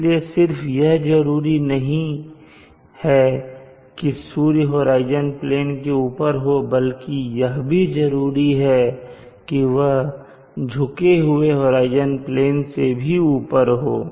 इसलिए सिर्फ यह जरूरी नहीं है की सूर्य होराइजन प्लेन से ऊपर को बल्कि यह भी जरूरी है कि वह झुके हुए होराइजन प्लेन से भी ऊपर हो